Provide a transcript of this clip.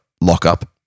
lockup